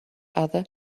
other